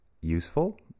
useful